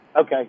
Okay